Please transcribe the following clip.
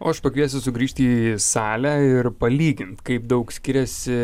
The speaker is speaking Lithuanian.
o aš pakviesiu sugrįžti į salę ir palygint kaip daug skiriasi